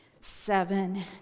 seven